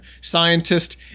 scientist